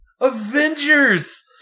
Avengers